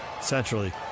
centrally